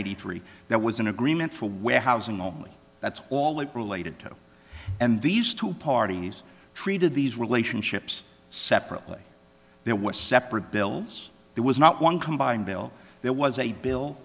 eighty three that was an agreement for warehousing only that's all it related to and these two parties treated these relationships separately there was separate bills there was not one combined bill there was a bill